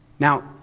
Now